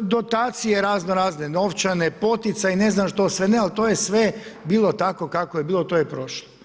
dotacije raznorazne novčane, poticaji, ne znam što sve ne ali to je sve bilo tako kako je bilo, to j prošlo.